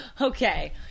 Okay